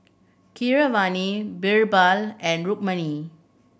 Keeravani Birbal and Rukmini